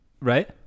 Right